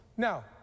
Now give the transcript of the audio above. Now